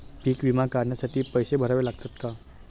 पीक विमा काढण्यासाठी पैसे भरावे लागतात का?